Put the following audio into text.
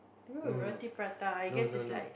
roti prata I guess it's like